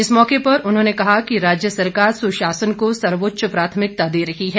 इस मौके पर उन्होंने कहा कि राज्य सरकार सुशासन को सर्वोच्च प्राथमिकता दे रही है